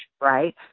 Right